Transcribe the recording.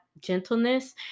gentleness